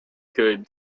could